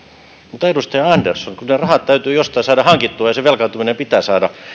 mutta edustaja andersson kyllä ne rahat täytyy jostain saada hankittua ja se velkaantuminen pitää saada